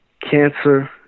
cancer